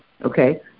okay